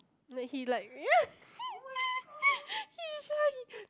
that he like he is shy he